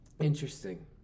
interesting